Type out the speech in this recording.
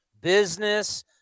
business